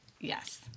Yes